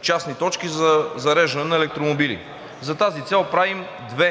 частни точки за зареждане на електромобили. За тази цел правим две